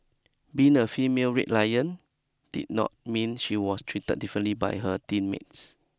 being a female Red Lion did not mean she was treated differently by her teammates